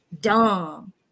dumb